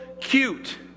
cute